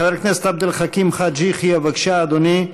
חבר הכנסת עבד אל חכים חאג' יחיא, בבקשה, אדוני.